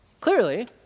Clearly